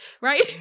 right